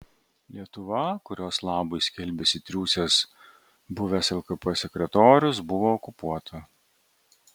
lietuva kurios labui skelbiasi triūsęs buvęs lkp sekretorius buvo okupuota